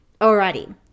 Alrighty